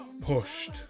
pushed